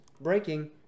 Breaking